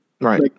right